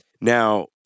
Now